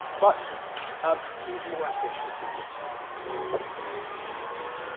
but ah he was more ambitious than just painting small picturesque paintings,